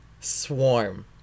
Swarm